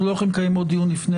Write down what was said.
אנחנו לא יכולים לקיים עוד דיון לפני